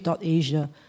asia